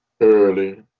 early